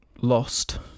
Lost